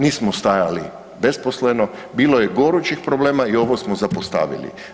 Nismo stajali besposleno, bilo je gorućih problema i ovo smo zapostavili.